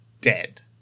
dead